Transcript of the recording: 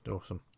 Awesome